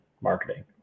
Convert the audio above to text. marketing